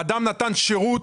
אדם נתן שירות,